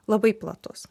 labai platus